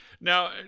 now